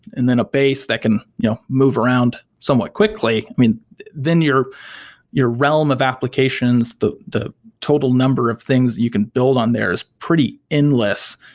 and then a base that can you know move around somewhat quickly, then your your realm of applications, the the total number of things you can build on there is pretty endless.